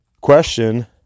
question